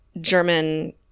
German